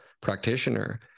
practitioner